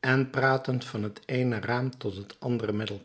en praatten van het eene raam tot het andere met